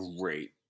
great